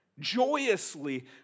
joyously